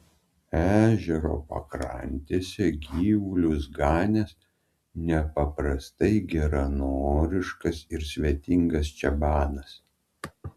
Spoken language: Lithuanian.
ežero pakrantėse gyvulius ganęs nepaprastai geranoriškas ir svetingas čabanas